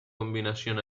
combinación